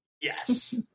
Yes